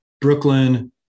Brooklyn